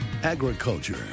Agriculture